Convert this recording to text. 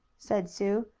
said sue.